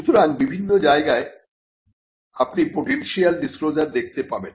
সুতরাং বিভিন্ন জায়গায় আপনি পোটেনশিয়াল ডিসক্লোজার দেখতে পারেন